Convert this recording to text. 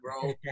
bro